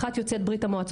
מריאן